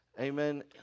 amen